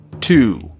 Two